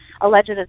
alleged